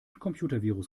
computervirus